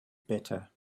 better